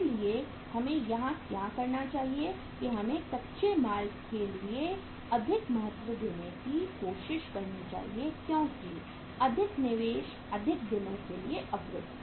इसलिए हमें यहां क्या करना चाहिए कि हमें कच्चे माल के लिए अधिक महत्व देने की कोशिश करनी चाहिए क्योंकि अधिक निवेश अधिक दिनों के लिए अवरुद्ध